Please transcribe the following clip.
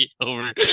over